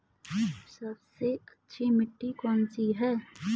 सबसे अच्छी मिट्टी कौन सी है?